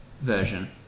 Version